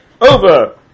over